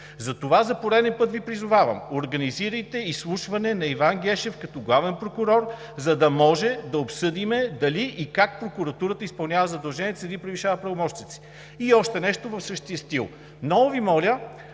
Затова за пореден път Ви призовавам: организирайте изслушване на Иван Гешев като главен прокурор, за да може да обсъдим дали и как прокуратурата изпълнява задълженията си, или превишава правомощията си. Още нещо в същия стил. Много Ви моля